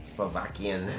Slovakian